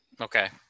Okay